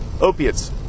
opiates